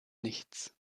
nichts